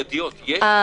בבקשה.